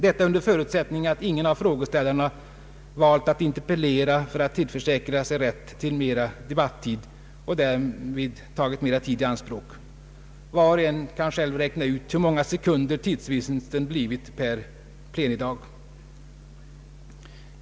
Detta under förutsättning att ingen av frågeställarna valt att interpellera för att tillförsäkra sig rätt till mera debattid och därvid tagit mera tid i anspråk. Var och en kan själv räkna ut hur många sekunder tidsvinsten blivit per plenidag.